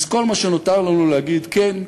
אז כל מה שנותר לנו להגיד: כן,